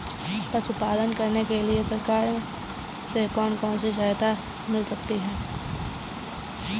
पशु पालन करने के लिए सरकार से कौन कौन सी सहायता मिलती है